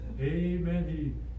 amen